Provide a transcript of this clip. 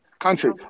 Country